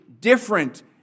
different